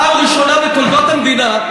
פעם ראשונה בתולדות המדינה,